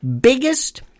biggest